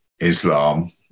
Islam